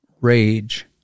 rage